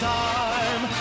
time